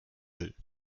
müll